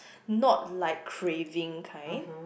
not like craving kind